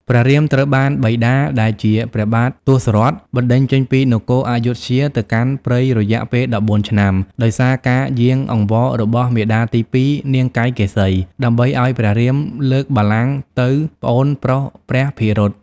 ព្រះរាមត្រូវបានបិតា ដែលជាព្រះបាទទសរថ បណ្ដេញចេញពីនគរអយុធ្យាទៅកាន់ព្រៃរយៈពេល ១៤ ឆ្នាំ ដោយសារការយាងអង្វររបស់មាតាទីពីរ នាងកៃកេសី ដើម្បីឲ្យព្រះរាមលើកបល្ល័ង្កទៅប្អូនប្រុសព្រះភិរុត ។